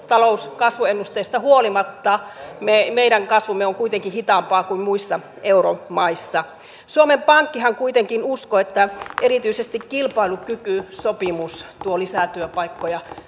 talouskasvuennusteesta huolimatta meidän kasvumme on kuitenkin hitaampaa kuin muissa euromaissa suomen pankkihan kuitenkin uskoo että erityisesti kilpailukykysopimus tuo lisää työpaikkoja